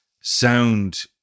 sound